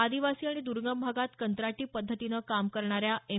आदिवासी आणि दर्गम भागात कंत्राटी पद्धतीनं काम करणाऱ्या एम